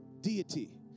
deity